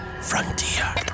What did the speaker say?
Frontier